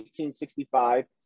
1865